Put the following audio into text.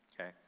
Okay